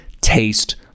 taste